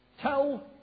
tell